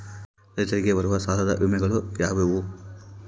ರೈತರಿಗೆ ಬರುವ ಸಾಲದ ವಿಮೆಗಳು ಯಾವುವು?